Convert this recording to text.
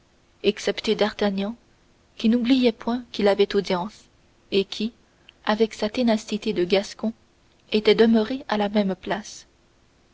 excepté d'artagnan qui n'oubliait point qu'il avait audience et qui avec sa ténacité de gascon était demeuré à la même place